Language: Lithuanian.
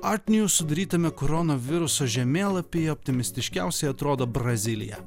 artnews sudarytame koronaviruso žemėlapyje optimistiškiausiai atrodo brazilija